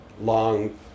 long